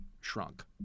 shrunk